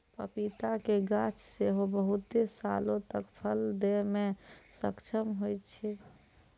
पपीता के गाछ सेहो बहुते सालो तक फल दै मे सक्षम होय छै